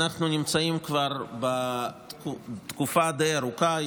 אנחנו נמצאים כבר תקופה די ארוכה,